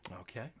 Okay